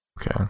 Okay